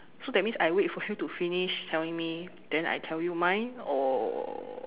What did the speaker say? so that means I wait for you to finish telling me then I tell you mine or